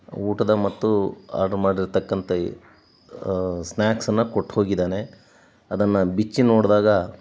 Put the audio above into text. ಊಟದ ಮತ್ತು ಆರ್ಡ್ರ್ ಮಾಡಿರ್ತಕ್ಕಂಥ ಸ್ನಾಕ್ಸನ್ನ ಕೊಟ್ಟು ಹೋಗಿದ್ದಾನೆ ಅದನ್ನು ಬಿಚ್ಚಿ ನೋಡಿದಾಗ